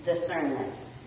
discernment